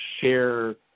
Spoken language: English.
share